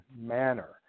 manner